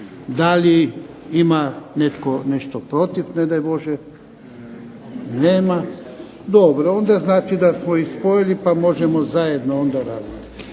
Da li ima netko nešto protiv ne daj Bože? Nema. Dobro, onda znači da smo ih spojili pa možemo zajedno onda raditi.